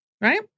Right